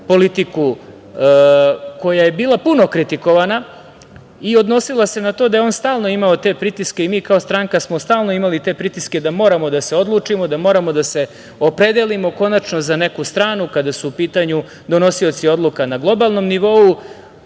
politiku, koja je bila puno kritikovana i odnosila se na to da je on stalno imao te pritiske i mi kao stranka smo stalno imali te pritiske da moramo da se odlučimo, da moramo da se opredelimo konačno za neku stranu kada su u pitanju donosioci odluka na globalnom nivou. On